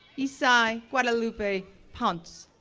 esai guadalupe ponce,